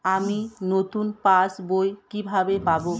আমি নতুন পাস বই কিভাবে পাব?